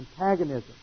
Antagonism